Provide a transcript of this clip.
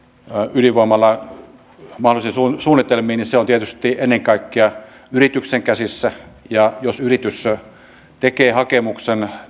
ydinvoimalan mahdollisiin suunnitelmiin niin se on tietysti ennen kaikkea yrityksen käsissä ja jos yritys tekee hakemuksen